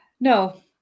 No